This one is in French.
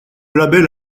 label